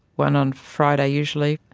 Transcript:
one on friday usually,